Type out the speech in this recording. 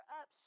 up